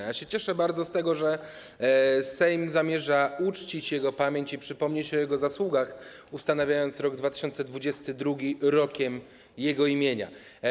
Bardzo się cieszę z tego, że Sejm zamierza uczcić jego pamięć i przypomnieć o jego zasługach, ustanawiając rok 2022 rokiem jego imienia.